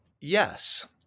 yes